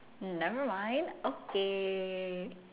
never mind okay